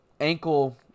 ankle